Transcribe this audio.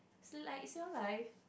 it's like it's your life